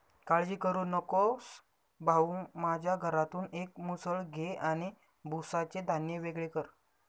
काळजी करू नकोस भाऊ, माझ्या घरातून एक मुसळ घे आणि भुसाचे धान्य वेगळे कर